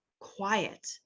quiet